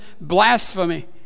blasphemy